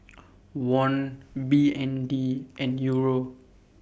Won B N D and Euro